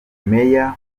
meya